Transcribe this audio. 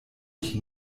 ich